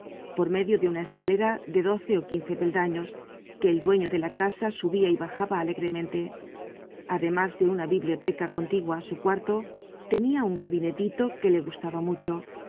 por medio de una escalera de doce ó quince peldaños que el dueño de la casa subia y bajaba alegremente además de una biblioteca contigua á su cuarto tenia un gabinetito que le gustaba mucho